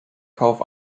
kauf